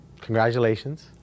Congratulations